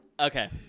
Okay